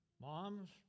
Moms